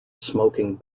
smoking